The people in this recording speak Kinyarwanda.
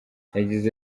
yagize